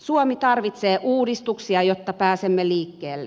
suomi tarvitsee uudistuksia jotta pääsemme liikkeelle